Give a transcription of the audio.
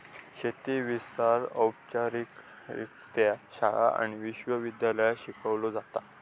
शेती विस्तार औपचारिकरित्या शाळा आणि विश्व विद्यालयांत शिकवलो जाता